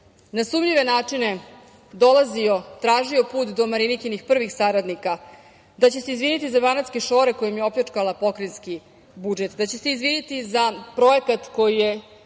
na sumnjive načine dolazio, tražio put do Marinikinih prvih saradnika. Da će se izviniti za banatske šore kojim je opljačkala pokrajinski budžet. Da će se izviniti za projekat koji je